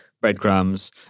breadcrumbs